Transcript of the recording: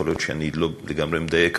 יכול להיות שאני לא לגמרי מדייק,